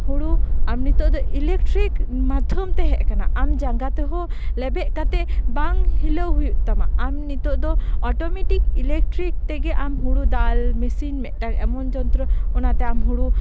ᱦᱳᱲᱳ ᱱᱤᱛᱚᱜ ᱫᱚ ᱤᱞᱮᱠᱴᱨᱤᱠ ᱢᱟᱫᱽᱫᱷᱚᱢ ᱛᱮ ᱦᱮᱡ ᱠᱟᱱᱟ ᱟᱢ ᱡᱟᱝᱜᱟ ᱛᱮᱦᱚᱸ ᱞᱮᱵᱮᱫ ᱠᱟᱛᱮᱜ ᱵᱟᱝ ᱦᱤᱞᱟᱹᱣ ᱦᱩᱭᱩᱜ ᱛᱟᱢᱟ ᱟᱢ ᱱᱤᱛᱚᱜ ᱫᱚ ᱚᱴᱳᱢᱮᱴᱤᱠ ᱤᱞᱮᱠᱴᱨᱤᱠ ᱛᱮᱜᱮ ᱟᱢ ᱦᱳᱲᱳ ᱫᱟᱞ ᱢᱮᱥᱤᱱ ᱢᱤᱫᱴᱮᱱ ᱮᱢᱚᱱ ᱡᱚᱱᱛᱚᱨᱚ ᱚᱱᱟᱛᱮ ᱟᱢ ᱦᱳᱲᱳ